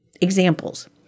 examples